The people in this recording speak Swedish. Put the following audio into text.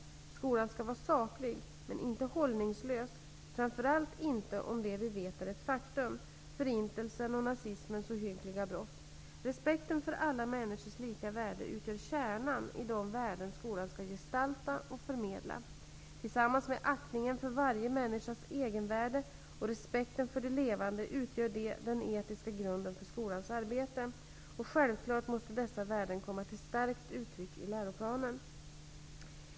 Skolan skall vara saklig men inte hållningslös, framför allt inte om det vi vet är ett faktum -- förintelsen och nazismens ohyggliga brott. Respekten för alla människors lika värde utgör kärnan i de värden skolan skall gestalta och förmedla. Tillsammans med aktningen för varje människas egenvärde och respekten för det levande, utgör de den etiska grunden för skolans arbete. Självklart måste dessa värden komma till starkt uttryck i läroplanen.